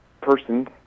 person